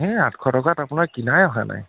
হেই আঠশ টকাত আপোনাৰ কিনাই অহা নাই